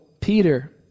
Peter